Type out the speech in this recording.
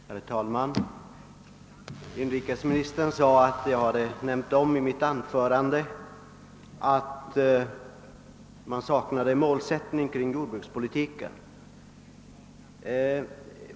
Herr talman! Inrikesministern sade att jag i mitt anförande hade nämnt att man saknade en målsättning för jordbrukspolitiken.